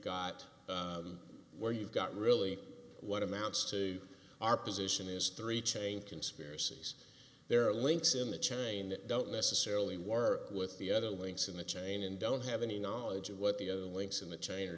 got where you've got really what amounts to our position is three chain conspiracies there are links in the china that don't necessarily war with the other links in the chain and don't have any knowledge of what the links in the chain